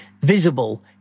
visible